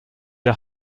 der